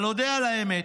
אבל אודה על האמת,